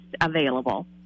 available